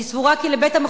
אני סבורה כי לבית-המחוקקים,